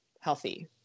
healthy